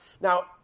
Now